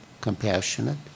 compassionate